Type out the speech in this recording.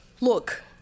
Look